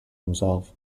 himself